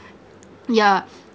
yeah